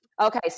Okay